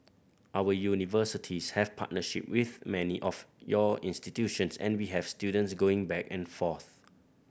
our universities have partnership with many of your institutions and we have students going back and forth